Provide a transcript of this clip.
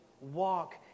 walk